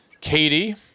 Katie